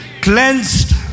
cleansed